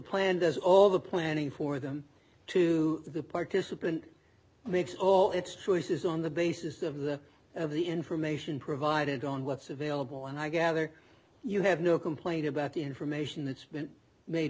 plan does all the planning for them to the participant makes all its choices on the basis of that of the information provided on what's available and i gather you have no complaint about the information that's been made